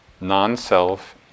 non-self